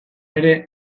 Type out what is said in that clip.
ere